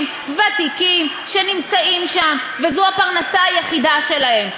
ותיקים שנמצאים שם וזו הפרנסה היחידה שלהם.